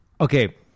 Okay